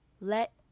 let